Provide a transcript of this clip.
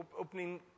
opening